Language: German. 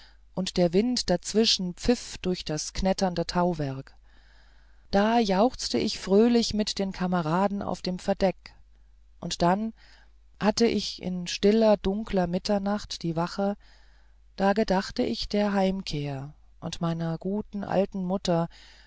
und der wind dazwischen pfiff durch das knätternde tauwerk da jauchzte ich fröhlich mit den kameraden auf dem verdeck und dann hatte ich in stiller dunkler mitternacht die wache da gedachte ich der heimkehr und meiner guten alten mutter